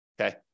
okay